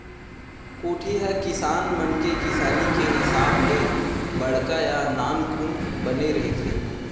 कोठी ह किसान मन के किसानी के हिसाब ले बड़का या नानकुन बने रहिथे